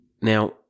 Now